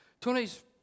Tony's